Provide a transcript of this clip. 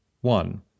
one